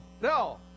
no